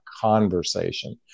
conversation